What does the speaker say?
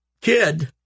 kid